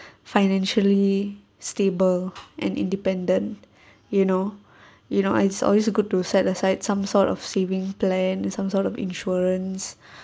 financially stable and independent you know you know it's always a good to set aside some sort of saving plan some sort of insurance